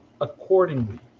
accordingly